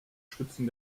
schwitzen